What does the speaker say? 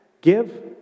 Give